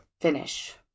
finish